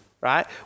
right